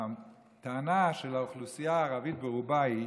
הטענה של האוכלוסייה הערבית ברובה היא